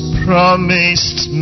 promised